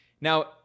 Now